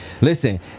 Listen